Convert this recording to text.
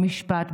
במשפט,